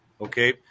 Okay